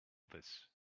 this